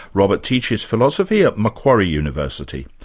robert teaches philosophy at macquarie university.